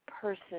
person